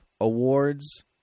awards